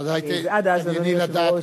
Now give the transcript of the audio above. ודאי תתענייני לדעת,